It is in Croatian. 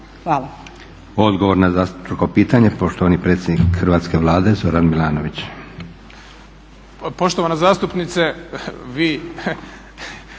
(SDP)** Odgovor na zastupničko pitanje, poštovani predsjednik Hrvatske Vlade Zoran Milanović.